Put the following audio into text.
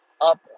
up